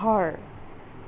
ঘৰ